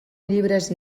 llibres